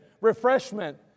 refreshment